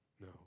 No